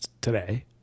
today